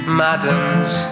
madams